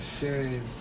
shame